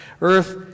earth